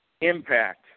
impact